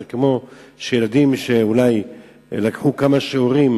זה כמו שילדים אולי לקחו כמה שיעורים